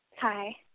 Hi